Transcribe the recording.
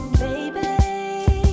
baby